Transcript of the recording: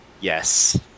Yes